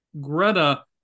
Greta